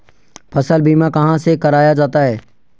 फसल बीमा कहाँ से कराया जाता है?